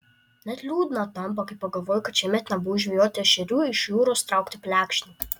net liūdna tampa kai pagalvoju kad šiemet nebuvau žvejoti ešerių iš jūros traukti plekšnių